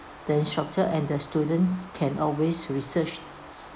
the instructor and the student can always research